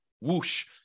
whoosh